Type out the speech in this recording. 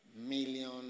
million